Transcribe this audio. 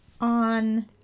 on